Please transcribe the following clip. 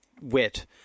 wit